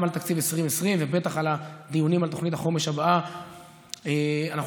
גם בתקציב 2020 ובטח בדיונים על תוכנית החומש הבאה אנחנו